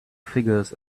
figures